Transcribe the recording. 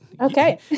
Okay